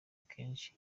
kenshi